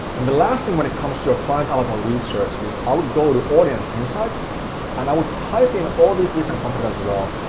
and the last thing when it comes to your client avatar research is i would go to audience insights and i would type in all these different competitors as well,